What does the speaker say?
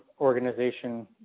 Organization